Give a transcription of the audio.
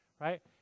right